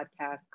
podcast